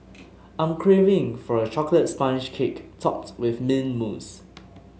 I am craving for a chocolate sponge cake topped with mint mousse